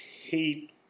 hate